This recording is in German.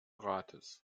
rates